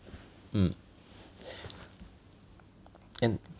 mm and